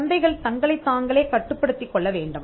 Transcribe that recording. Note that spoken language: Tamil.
சந்தைகள் தங்களைத் தாங்களே கட்டுப்படுத்திக் கொள்ள வேண்டும்